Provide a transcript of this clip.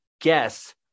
guess